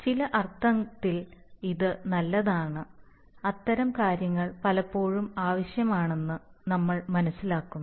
ചില അർത്ഥത്തിൽ ഇത് നല്ലതാണ് അതിനാൽ അത്തരം കാര്യങ്ങൾ പലപ്പോഴും ആവശ്യമാണെന്ന് നമ്മൾ മനസ്സിലാക്കുന്നു